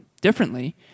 differently